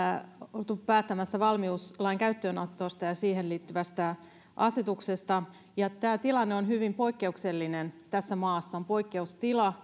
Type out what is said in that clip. olleet päättämässä valmiuslain käyttöönotosta ja siihen liittyvästä asetuksesta tämä tilanne on hyvin poikkeuksellinen tässä maassa on poikkeustila